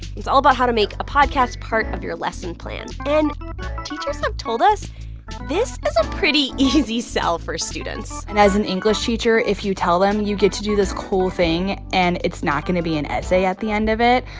it's all about how to make a podcast part of your lesson plan. and teachers have told us this is a pretty easy sell for students and as an english teacher, if you tell them you get to do this cool thing and it's not going to be an essay at the end of it,